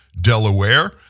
Delaware